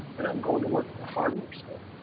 and i'm going to work at the hardware store